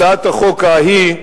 הצעת החוק ההיא,